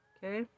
Okay